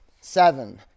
seven